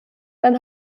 dann